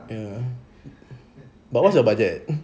ya but what's your budget